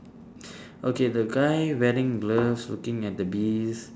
okay the guy wearing gloves looking at the bees